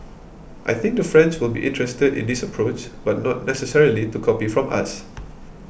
I think the French will be interested in this approach but not necessarily to copy from us